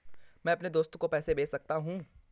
मैं अपने दोस्त को पैसे कैसे भेज सकता हूँ?